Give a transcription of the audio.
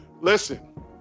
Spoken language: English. Listen